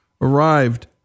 arrived